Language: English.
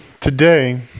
Today